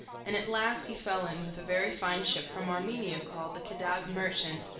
and at last he fell in with a very fine ship from armenia, called the quedagh merchant,